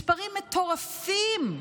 מספרים מטורפים,